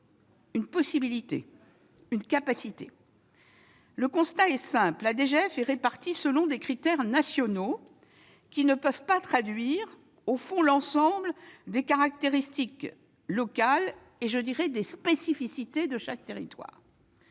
d'une possibilité. Le constat est simple : la DGF est répartie selon des critères nationaux, qui ne peuvent pas traduire l'ensemble des caractéristiques locales et des spécificités de chaque territoire.